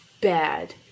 bad